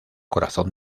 corazón